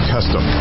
Custom